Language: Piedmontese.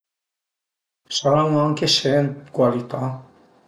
A i saran anche sent cualità